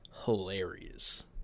hilarious